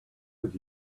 would